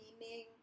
meaning